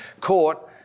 court